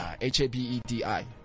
H-A-B-E-D-I